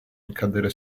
ricadere